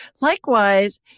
Likewise